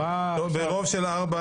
ברוב של ארבע